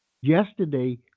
Yesterday